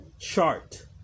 chart